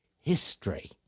history